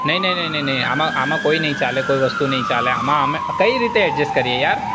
નહીં નહીં નહીં નહીં નહીં આમાં કંઈ નહીં ચાલે કોઈ વસ્તુ નહીં ચાલે આમાં અમે કઈ રીતે એડજસ્ટ કરીએ યાર